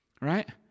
right